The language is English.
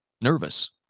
nervous